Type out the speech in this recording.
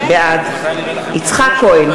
בעד יצחק כהן,